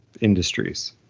industries